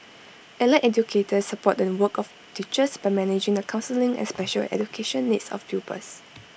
allied educators support the work of teachers by managing the counselling and special education needs of pupils